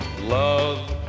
Love